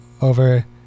over